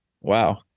Wow